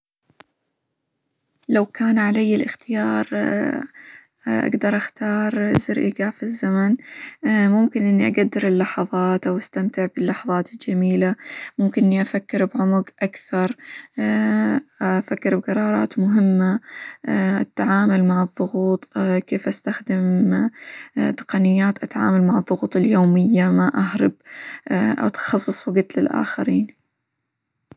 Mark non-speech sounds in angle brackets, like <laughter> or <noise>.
لو كان علي الإختيار <hesitation> أقدر أختار زر إيقاف الزمن، <hesitation> ممكن إني أقدر اللحظات، أو استمتع باللحظات الجميلة، ممكن إني أفكر بعمق أكثر، <hesitation> أفكر بقرارات مهمة، <hesitation> التعامل مع الظغوط، <hesitation> كيف استخدم تقنيات أتعامل مع الظغوط اليومية، ما أهرب <hesitation> -ات- أخصص وقت للآخرين.